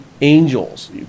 Angels